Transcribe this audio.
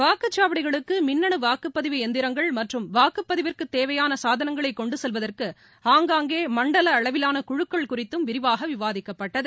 வாக்குச்சாவடிகளுக்குமின்னணுவாக்குப்பதிவு இயந்திரங்கள் மற்றும் வாக்குப்பதிவிற்குதேவையானசாதனங்களைகொண்டுசெல்வதற்கு ஆங்காங்கேமண்டல அளவிலானகுழுக்கள் குறித்தும் விரிவாகவிவாதிக்கப்பட்டது